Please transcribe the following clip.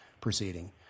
proceeding